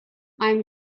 i’m